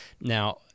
Now